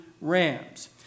rams